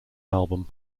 album